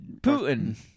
Putin